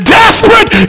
desperate